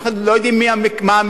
אנחנו לא יודעים מה המקרה,